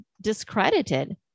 discredited